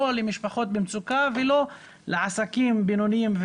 לא למשפחות במצוקה ולא לעסקים קטנים ובינוניים.